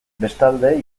bestalde